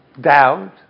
doubt